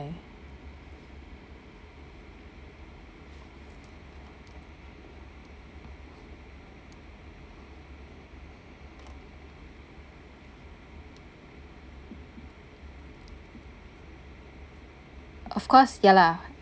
of course ya lah